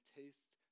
taste